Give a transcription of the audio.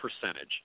percentage